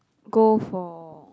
go for